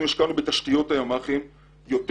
אנחנו השקענו בתשתיות הימ"חים יותר